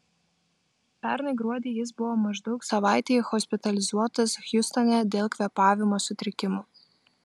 pernai gruodį jis buvo maždaug savaitei hospitalizuotas hjustone dėl kvėpavimo sutrikimų